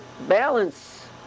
balance